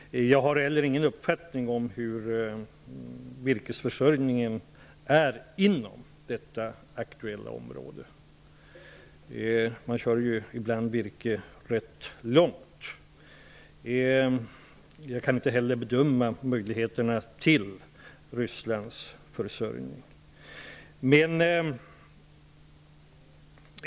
Jag har inte någon uppfattning om hur virkesförsörjningen ser ut inom det aktuella området. Man kör ju ibland virket rätt långa vägar. Jag kan inte heller bedöma möjligheterna till virkesförsörjning från t.ex. Ryssland.